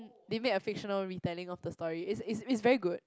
they made a fictional retelling of the story is is is very good